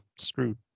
screwed